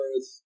Earth